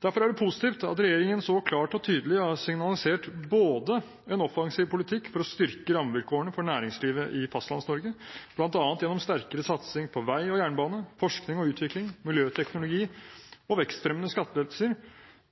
Derfor er det positivt at regjeringen så klart og tydelig har signalisert en offensiv politikk for å styrke rammevilkårene for næringslivet i Fastlands-Norge, bl.a. gjennom sterkere satsing på vei og jernbane, forskning og utvikling, miljøteknologi og vekstfremmende skattelettelser,